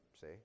see